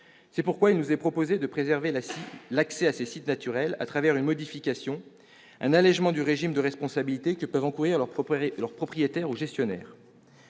C'est pourquoi il nous est proposé de préserver l'accès à ces sites naturels au travers d'une modification, un allégement du régime de responsabilité que peuvent encourir leurs propriétaires ou gestionnaires.